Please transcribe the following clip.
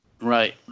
right